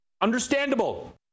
Understandable